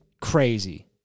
Crazy